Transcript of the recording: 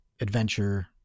adventure